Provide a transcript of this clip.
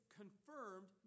confirmed